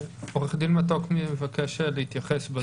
עורך דין מתוק מבקש להתייחס.